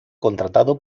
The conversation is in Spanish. contratado